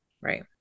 right